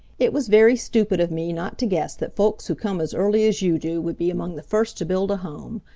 it was very stupid of me not to guess that folks who come as early as you do would be among the first to build a home.